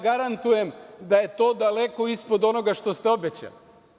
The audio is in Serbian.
Garantujem da je to daleko ispod onoga što ste obećali.